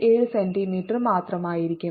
67 centimetre മാത്രമായിരിക്കും